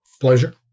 pleasure